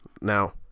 Now